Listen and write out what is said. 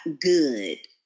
good